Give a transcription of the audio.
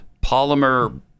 polymer